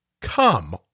come